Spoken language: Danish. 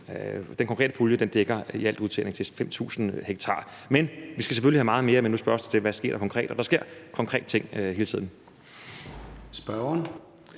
Den konkrete pulje dækker i alt udtagninger til 5.000 ha., og vi skal selvfølgelig have meget mere. Men nu spørges der til, hvad der konkret sker, og der sker hele tiden